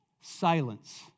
Silence